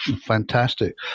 fantastic